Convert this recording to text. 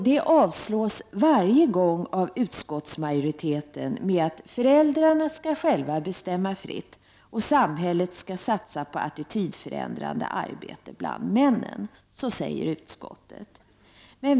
Det avslås varje gång av utskottsmajoriteten med motiveringen att föräldrarna själva skall bestämma fritt och samhället skall satsa på attitydförändrande arbete bland männen. Så säger utskottet.